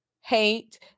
hate